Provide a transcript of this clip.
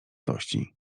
tości